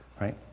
Right